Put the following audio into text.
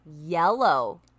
yellow